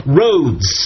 roads